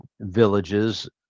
villages